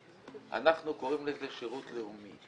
אנחנו קוראים לזה שירות לאומי,